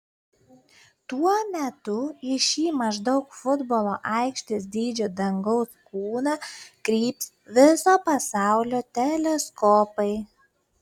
tuo metu į šį maždaug futbolo aikštės dydžio dangaus kūną kryps viso pasaulio teleskopai